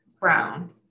brown